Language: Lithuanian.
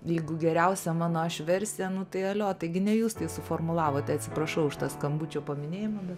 jeigu geriausia mano aš versija nu tai alio taigi ne jūs tai suformulavote atsiprašau už tą skambučio paminėjimą bet